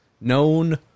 known